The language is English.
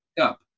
up